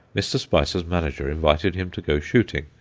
mr. spicer's manager invited him to go shooting,